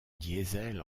diesel